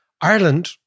Ireland